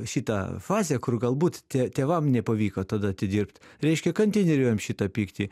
šitą fazę kur galbūt tė tėvam nepavyko tada atidirbt reiškia kanteineriujam šitą pyktį